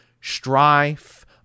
strife